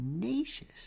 tenacious